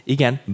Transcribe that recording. Igen